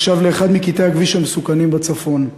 נחשב לאחד מקטעי הכביש המסוכנים בצפון.